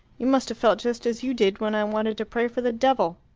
you must have felt just as you did when i wanted to pray for the devil.